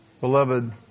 Beloved